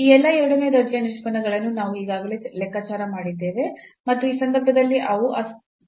ಈ ಎಲ್ಲಾ ಎರಡನೇ ದರ್ಜೆಯ ನಿಷ್ಪನ್ನಗಳನ್ನು ನಾವು ಈಗಾಗಲೇ ಲೆಕ್ಕಾಚಾರ ಮಾಡಿದ್ದೇವೆ ಮತ್ತು ಈ ಸಂದರ್ಭದಲ್ಲಿ ಅವು ಸ್ಥಿರಾಂಕವಾಗಿರುತ್ತವೆ